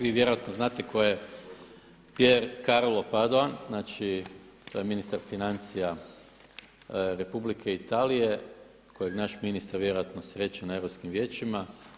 Vi vjerojatno znate tko je Pier Carlo Padovan, znači to je ministar financija Republike Italije kojeg naš ministar vjerojatno sreće na europskim vijećima.